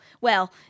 well-